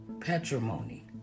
patrimony